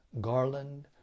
garland